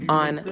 on